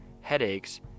headaches